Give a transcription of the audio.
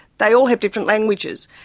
they all have different languages.